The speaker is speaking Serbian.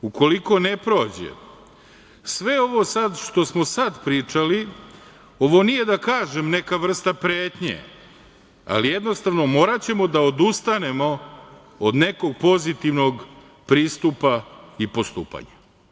Ukoliko ne prođe, sve ovo što smo sad pričali, ovo nije da kažem neka vrsta pretnje, ali jednostavno moraćemo da odustanemo od nekog pozitivnog pristupa i postupanja.